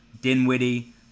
Dinwiddie